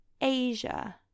Asia